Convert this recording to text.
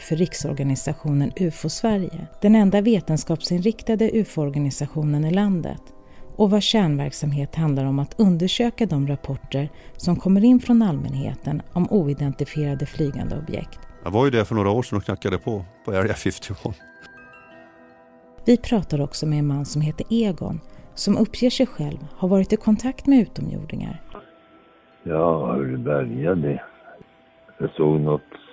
för riksorganisationen UFO Sverige, den enda vetenskapsinriktade UFO-organisationen i landet, och vars kärnverksamhet handlar om att undersöka de rapporter som kommer in från allmänheten om oidentifierade flygande objekt. Jag var ju där för några år sedan och knackade på, på Area 51. Vi pratar också med en man som heter Egon, som uppger sig själv ha varit i kontakt med utomjordingar. Ja, hur började det? Jag såg något-